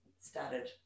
started